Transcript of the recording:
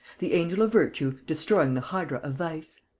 the angel of virtue destroying the hydra of vice!